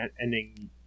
ending